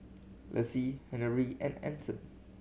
Laci Henery and Anson